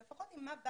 זה לפחות עם מה באת,